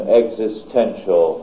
existential